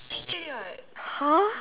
!huh!